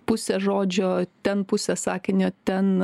pusė žodžio ten pusė sakinio ten